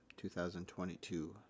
2022